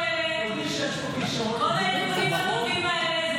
מה עם כל אלה, כל הארגונים הטובים האלה?